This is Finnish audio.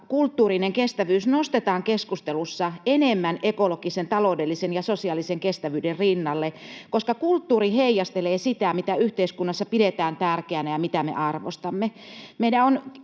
kulttuurinen kestävyys nostetaan keskustelussa enemmän ekologisen, taloudellisen ja sosiaalisen kestävyyden rinnalle, koska kulttuuri heijastelee sitä, mitä yhteiskunnassa pidetään tärkeänä ja mitä me arvostamme. Meidän on